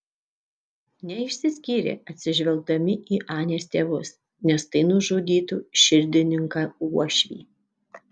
neišsiskyrė atsižvelgdami į anės tėvus nes tai nužudytų širdininką uošvį